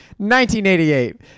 1988